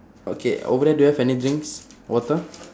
okay over there do you have any drinks water